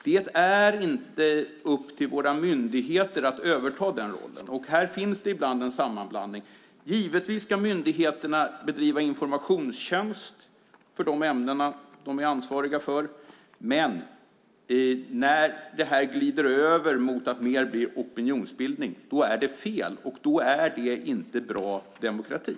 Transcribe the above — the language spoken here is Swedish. Det är inte upp till våra myndigheter att överta den rollen. Här finns det ibland en sammanblandning. Givetvis ska myndigheterna bedriva informationstjänst avseende de ämnen som de ansvarar för. Men när det glider över till att mer bli opinionsbildning är det fel. Då är det inte en bra demokrati.